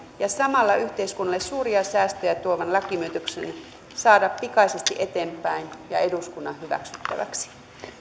ja samalla yhteiskunnalle suuria säästöjä tuovan lakimuutoksen saada pikaisesti eteenpäin ja eduskunnan hyväksyttäväksi